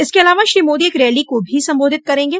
इसके अलावा श्री मादी एक रैली को भी संबोधित करेंगे